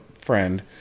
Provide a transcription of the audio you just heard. friend